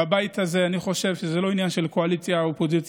בבית הזה אני חושב שזה לא עניין של קואליציה אופוזיציה,